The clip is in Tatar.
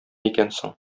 икәнсең